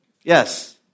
Yes